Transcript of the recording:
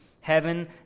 Heaven